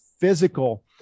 physical